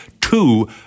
two